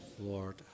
Lord